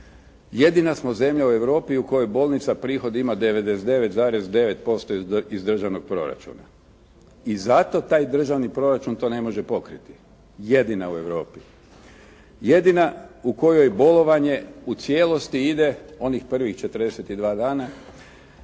Jedina smo zemlja u Europi u kojoj bolnica prihod ima 99,9% iz državnog proračuna i zato taj državni proračun to ne može pokriti, jedina u Europi. Jedina u kojoj bolovanje u cijelosti ide, onih prvih 42 dana